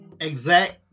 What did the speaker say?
exact